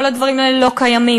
כל הדברים האלה לא קיימים.